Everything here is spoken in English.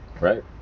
right